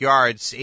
Yards